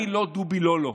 אני לא דובי לא-לא.